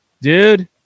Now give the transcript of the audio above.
dude